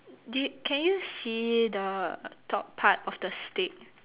do you can you see the top part of the stick